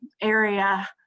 area